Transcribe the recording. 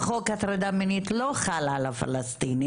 וחוק הטרדה מינית לא חל על הפלסטינים,